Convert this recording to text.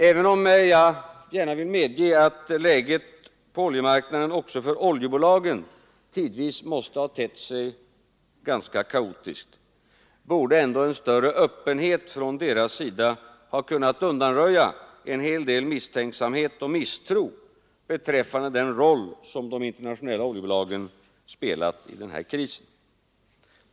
Även om det måste erkännas att läget på oljemarknaden också för oljebolagen tidvis måste ha tett sig ganska kaotiskt, borde ändå en större öppenhet från deras sida ha kunnat undanröja en hel del missförstånd och misstro beträffande den roll som de internationella oljebolagen spelat i den här krisen.